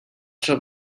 shall